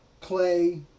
Clay